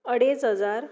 अडेज हजार